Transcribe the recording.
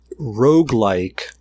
roguelike